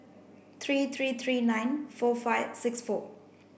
three three three nine four five six four